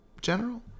general